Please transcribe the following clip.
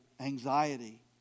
anxiety